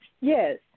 Yes